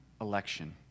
election